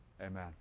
Amen